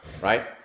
Right